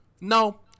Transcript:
no